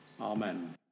Amen